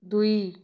ଦୁଇ